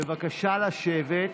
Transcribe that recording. בבקשה לשבת.